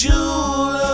Jewel